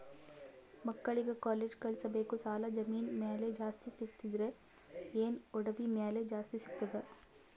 ಮಕ್ಕಳಿಗ ಕಾಲೇಜ್ ಕಳಸಬೇಕು, ಸಾಲ ಜಮೀನ ಮ್ಯಾಲ ಜಾಸ್ತಿ ಸಿಗ್ತದ್ರಿ, ಏನ ಒಡವಿ ಮ್ಯಾಲ ಜಾಸ್ತಿ ಸಿಗತದ?